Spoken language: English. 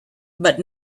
but